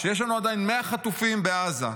כשיש לנו עדיין 100 חטופים בעזה,